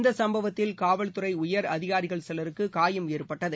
இந்த சம்பவத்தில் காவல்துறை உயர் அதிகாரிகள் சிலருக்கு காயம் ஏற்பட்டது